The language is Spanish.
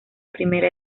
primera